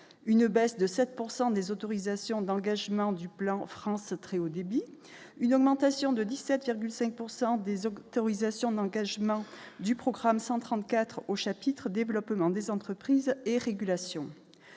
une baisse de 7 pourcent des autorisations d'engagement du plan France très Haut débit : une augmentation de 17,5 pourcent des hommes terrorisation d'engagement du programme 134 au chapitre développement des entreprises et régulation